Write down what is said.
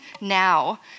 now